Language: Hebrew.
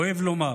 כואב לומר,